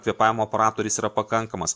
kvėpavimo aparatų ar jis yra pakankamas